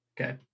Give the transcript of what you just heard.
Okay